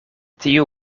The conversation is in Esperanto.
tiu